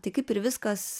tai kaip ir viskas